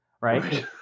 right